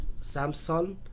Samsung